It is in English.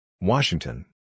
Washington